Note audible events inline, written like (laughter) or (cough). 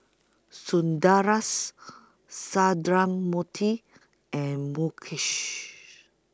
Sundaresh Sundramoorthy and Mukesh (noise)